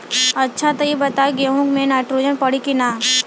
अच्छा त ई बताईं गेहूँ मे नाइट्रोजन पड़ी कि ना?